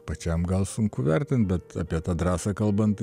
pačiam gal sunku vertint bet apie tą drąsą kalbant